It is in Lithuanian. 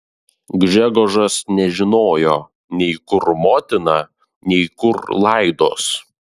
gžegožas nežinojo nei kur motina nei kur laidos